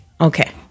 Okay